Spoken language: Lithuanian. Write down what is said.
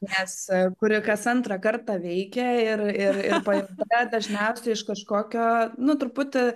nes kuri kas antrą kartą veikia ir ir ir paimta dažniausiai iš kažkokio nu truputį